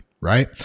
right